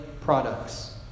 Products